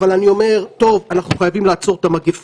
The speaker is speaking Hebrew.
אבל אני אומר: טוב, אנחנו חייבים לעצור את המגפה,